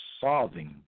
solving